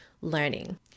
learning